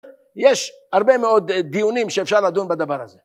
יש הרבה מאוד דיונים שאפשר לדון בדבר הזה